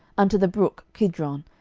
unto the brook kidron,